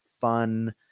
fun